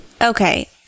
Okay